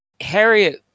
Harriet